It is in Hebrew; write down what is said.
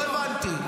לא הבנתי.